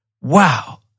wow